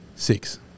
Six